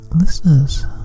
Listeners